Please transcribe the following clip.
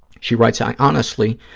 she writes, i honestly